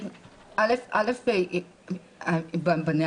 קודם